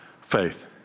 Faith